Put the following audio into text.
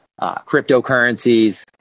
cryptocurrencies